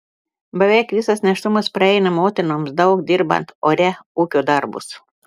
beveik visas nėštumas praeina motinoms daug dirbant ore ūkio darbus